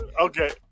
okay